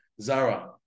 Zara